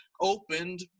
opened